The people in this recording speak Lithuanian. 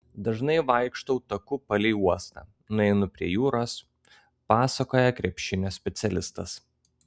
dažnai vaikštau taku palei uostą nueinu prie jūros pasakoja krepšinio specialistas